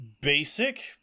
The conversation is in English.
basic